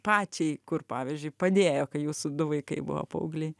pačiai kur pavyzdžiui padėjo kai jūsų du vaikai buvo paaugliai